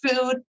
food